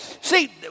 See